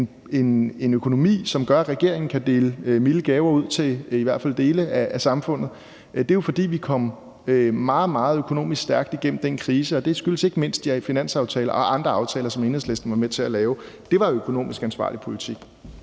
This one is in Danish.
en økonomi, som gør, at regeringen kan dele milde gaver ud til i hvert fald dele af samfundet; det er jo, fordi vi kom økonomisk meget, meget stærkt igennem den krise, og det skyldes ikke mindst de her finanslovsaftaler og andre aftaler, som Enhedslisten var med til at lave. Det var økonomisk ansvarlig politik.